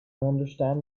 understand